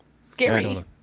Scary